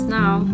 now